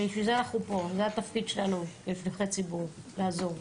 התפקיד שלנו כנבחרי ציבור, לעזור.